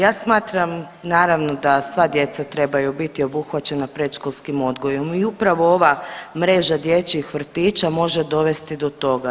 Ja smatram naravno da sva djeca trebaju biti obuhvaćena predškolskim odgojem i upravo ova mreža dječjih vrtića može dovesti do toga.